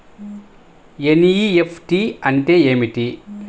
NEFT అంటే ఏమిటి?